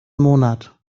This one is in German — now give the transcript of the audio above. monat